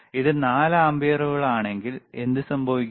ഇത് 4 ആമ്പിയറുകളാണെങ്കിൽ എന്ത് സംഭവിക്കും